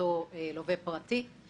לאותו לווה פרטי.